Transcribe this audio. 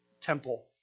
temple